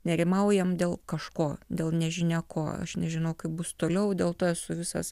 nerimaujam dėl kažko dėl nežinia ko aš nežinau kaip bus toliau dėl to esu visas